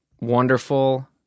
wonderful